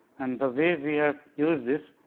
and the way we have used this,